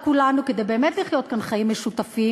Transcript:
כולנו כדי באמת לחיות כאן חיים משותפים,